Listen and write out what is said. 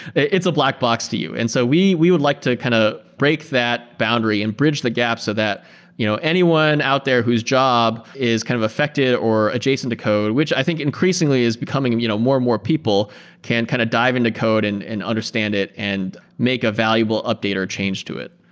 it's a black box to you. and so we we would like to kind of break that boundary and bridge the gap so that you know anyone out there whose job is kind of affected or adjacent to code, which i think increasingly is becoming you know more and more people can kind of dive into code and and understand it and make a valuable update or change to it.